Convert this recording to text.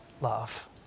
love